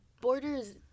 borders